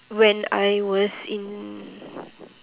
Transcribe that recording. when I was in